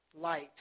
light